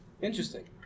Interesting